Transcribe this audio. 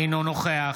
אינו נוכח